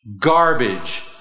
Garbage